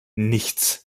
nichts